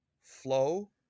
flow